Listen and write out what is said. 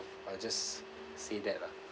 I'll just say that lah